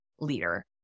leader